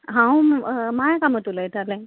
हांव माया कामत उलयतालें